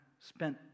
spent